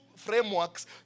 frameworks